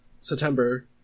September